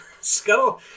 scuttle